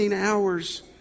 hours